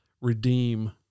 redeem